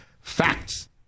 Facts